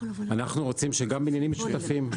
אנחנו רוצים שגם על גגות של בניינים משותפים,